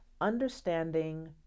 understanding